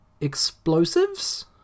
explosives